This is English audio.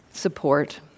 support